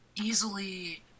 easily